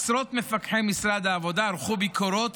עשרות מפקחי משרד העבודה ערכו ביקורות